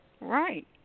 Right